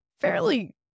fairly